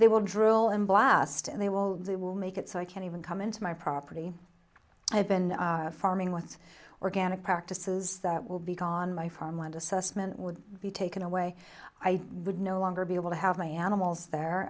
they will drill in blast and they will it will make it so i can't even come into my property i have been farming with organic practices that will be gone my farmland assessment would be taken away i would no longer be able to have my animals there